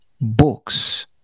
Books